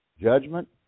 Judgment